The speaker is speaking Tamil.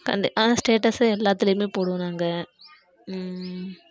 அந்த ஸ்டேட்டஸு எல்லாத்துலேயுமே போடுவோம் நாங்கள்